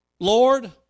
Lord